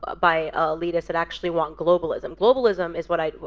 by elitists that actually want globalism. globalism is what i.